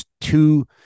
two